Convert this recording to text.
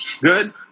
Good